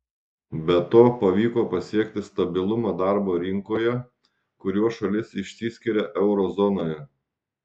be to pavyko pasiekti stabilumą darbo rinkoje kuriuo šalis išsiskiria euro zonoje